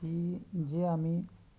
की जी आम्ही